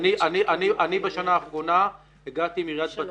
אני בשנה האחרונה הגעתי עם עיריית בת